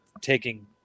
taking